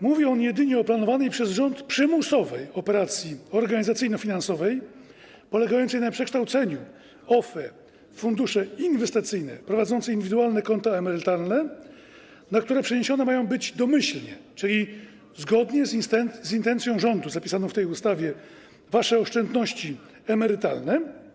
Mówi on jedynie o planowanej przez rząd przymusowej operacji organizacyjno-finansowej polegającej na przekształceniu OFE w fundusze inwestycyjne prowadzące indywidualne konta emerytalne, na które przeniesione mają być domyślnie, czyli zgodnie z intencją rządu zapisaną w tej ustawie, wasze oszczędności emerytalne.